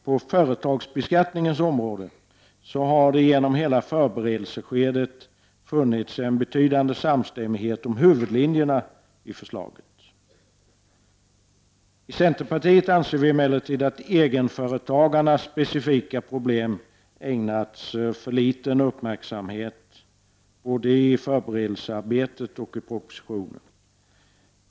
På företagsbeskattningens område har det genom hela förberedelseskedet funnits en betydande samstämmighet om huvudlinjerna i förslaget. I centerpartiet anser vi emellertid att egenföretagarnas specifika problem både i förberedelsearbetet och i propositionen har ägnats för liten uppmärksamhet.